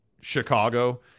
Chicago